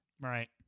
Right